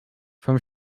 from